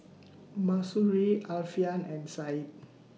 Mahsuri Alfian and Said